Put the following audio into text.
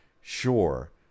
Sure